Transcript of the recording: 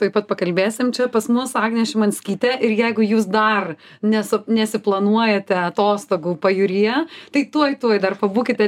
tuoj pat pakalbėsim čia pas mus agnė šimanskytė ir jeigu jūs dar nesu nesiplanuojate atostogų pajūryje tai tuoj tuoj dar pabūkite